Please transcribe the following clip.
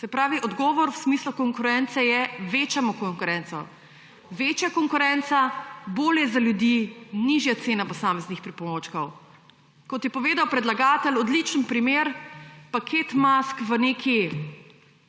Se pravi, odgovor v smislu konkurence je, da večamo konkurenco. Večja konkurenca, bolje za ljudi, nižja cena posameznih pripomočkov. Kot je povedal predlagatelj odličen primer, paket mask v neki